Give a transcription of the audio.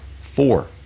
Four